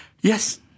Yes